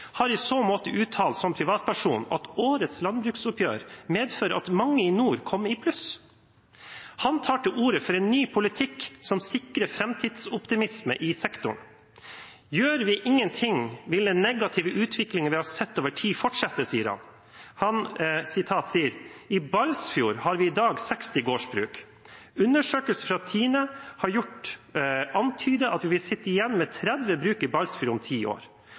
har i så måte uttalt som privatperson at årets landbruksoppgjør medfører at mange i nord kommer i pluss. Han tar til orde for en ny politikk som sikrer framtidsoptimisme i sektoren. Gjør vi ingenting, vil den negative utviklingen vi har sett over tid, fortsette, sier han. Han sier: «I Balsfjord har vi i dag 60 gårdsbruk. Undersøkelser som Tine har gjort antyder at vi vil sitte igjen med 30 bruk i Balsfjord om ti år.»